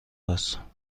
هستم